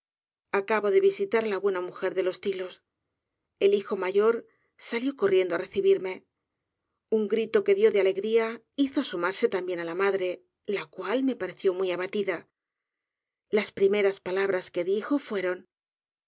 acabo de visitará la buena mujer de los tilos el hijo mayor salió corriendo á recibirme lin grito qué dio de alegría hizo asomarse también á la madre la cual me pareció muy abatida las primeras palabras que dijo fueron